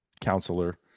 counselor